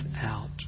out